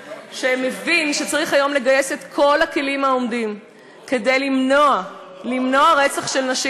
שמבין שצריך לגייס היום את כל הכלים כדי למנוע רצח של נשים,